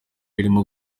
irimo